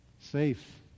Safe